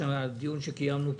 שבעקבות הדיון שקיימנו פה,